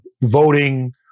voting